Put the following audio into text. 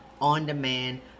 on-demand